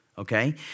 Okay